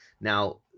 Now